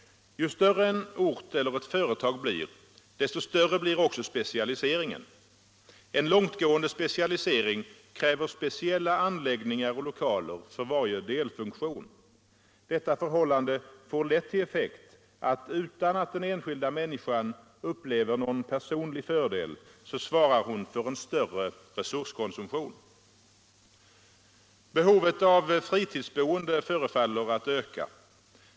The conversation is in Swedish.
Ju större en ort eller ett företag blir desto större blir också specialiseringen. En långtgående specialisering kräver speciella anläggningar och lokaler för varje delfunktion. Detta förhållande får lätt till effekt att utan att den enskilda människan upplever någon personlig fördel så svarar hon för en större resurskonsumtion. Behovet av fritidsboende förefaller att öka.